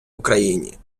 україні